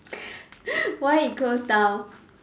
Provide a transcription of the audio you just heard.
why it close down